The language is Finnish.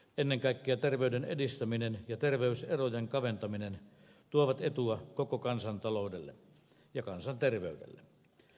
ennen kaikkea ter veyden edistäminen ja terveyserojen kaventaminen tuovat etua koko kansataloudelle ja kansanterveydelle